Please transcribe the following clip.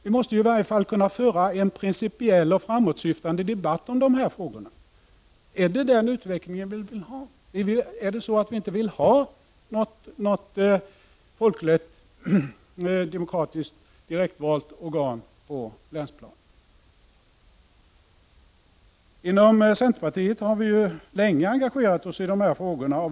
Vi måste i varje fall kunna föra en principiell och framåtsyftande debatt om dessa frågor. Är det den utvecklingen vi vill ha? Vill vi inte ha något folkligt, demokratiskt, direktvalt organ på länsplanet? Inom centerpartiet har vi länge engagerat oss i dessa frågor.